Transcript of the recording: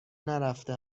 نرفته